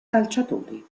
calciatori